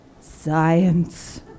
science